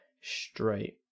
straight